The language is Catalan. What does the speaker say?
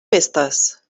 pestes